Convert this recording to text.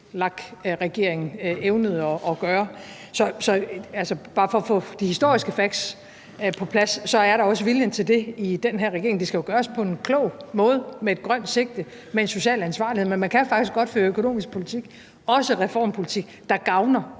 VLAK-regeringen evnede at gøre. Så det er bare for at få de historiske fakta på plads, nemlig at viljen til det også er i den her regering. Det skal jo gøres på en klog måde med et grønt sigte og med en social ansvarlighed, men man kan faktisk godt føre økonomisk politik, også reformpolitik, der gavner